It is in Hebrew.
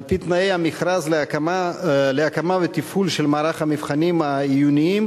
על-פי תנאי המכרז להקמה ותפעול של מערך המבחנים העיוניים